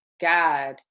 god